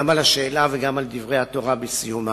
גם על השאלה וגם על דברי התורה בסיומה.